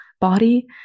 body